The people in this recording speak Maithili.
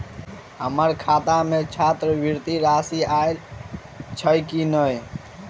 हम्मर खाता मे छात्रवृति राशि आइल छैय की नै?